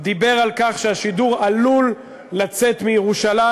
דיבר על כך שהשידור עלול לצאת מירושלים.